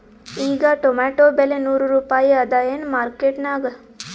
ಈಗಾ ಟೊಮೇಟೊ ಬೆಲೆ ನೂರು ರೂಪಾಯಿ ಅದಾಯೇನ ಮಾರಕೆಟನ್ಯಾಗ?